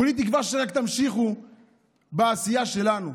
כולי תקווה שרק תמשיכו בעשייה שלנו.